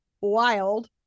Wild